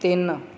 ਤਿੰਨ